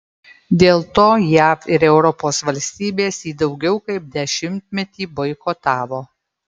dėl to jav ir europos valstybės jį daugiau kaip dešimtmetį boikotavo